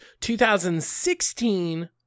2016